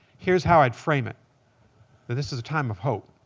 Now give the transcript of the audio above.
here's how i'd frame it, that this is a time of hope.